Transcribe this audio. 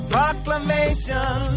Proclamation